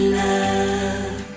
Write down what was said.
love